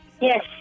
Yes